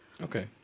Okay